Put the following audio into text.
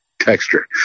texture